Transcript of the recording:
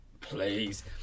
please